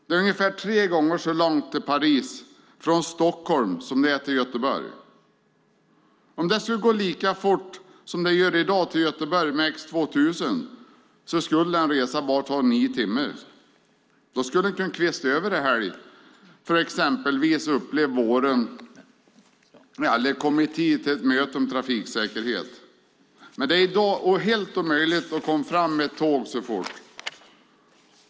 Det är ungefär tre gånger så långt till Paris från Stockholm som det är till Göteborg. Om det skulle gå lika fort som det gör i dag till Göteborg med X 2000 skulle den resan ta bara nio timmar. Då skulle man kunna kvista över dit en helg för att exempelvis uppleva våren eller komma i tid till ett möte om trafiksäkerhet. Men det är i dag helt omöjligt att komma fram med tåg så fort.